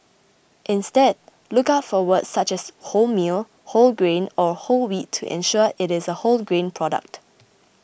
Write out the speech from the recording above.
instead look out for words such as wholemeal whole grain or whole wheat to ensure it is a wholegrain product